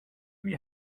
you